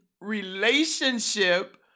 relationship